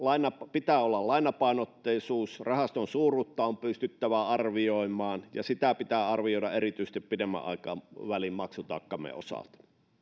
pitää olla lainapainotteisuus rahaston suuruutta on pystyttävä arvioimaan ja sitä pitää arvioida erityisesti pidemmän aikavälin maksutaakkamme osalta